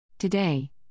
Today